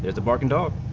the board and ah of